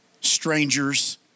strangers